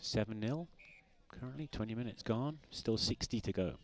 seven l currently twenty minutes gone still sixty to go